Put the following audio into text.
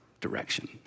direction